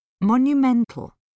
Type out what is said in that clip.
Monumental